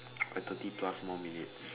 like thirty plus more minutes